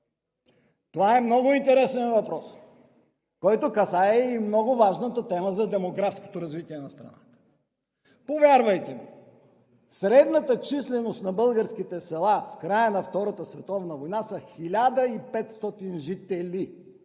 това е много интересен въпрос, който касае и много важната тема за демографското развитие на страната. Повярвайте ми, средната численост на българските села в края на Втората световна война е 1500 жители!